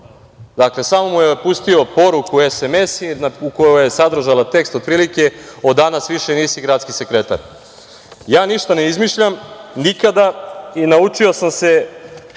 samo mu je pustio poruku sms, koja je sadržala tekst otprilike – od danas više nisi gradski sekretar. Ja ništa ne izmišljam, nikada i naučio sam se,